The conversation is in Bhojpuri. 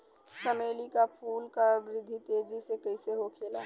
चमेली क फूल क वृद्धि तेजी से कईसे होखेला?